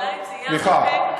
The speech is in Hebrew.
סליחה,